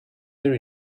their